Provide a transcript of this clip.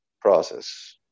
process